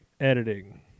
editing